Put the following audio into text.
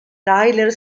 tyler